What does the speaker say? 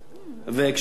שר ההגנה,